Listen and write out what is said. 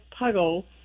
puggle